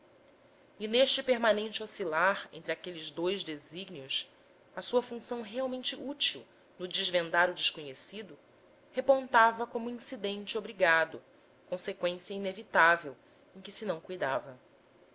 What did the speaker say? e neste permanente oscilar entre aqueles dous desígnios a sua função realmente útil no desvendar o desconhecido repontava com incidente obrigado conseqüência inevitável em que se não cuidava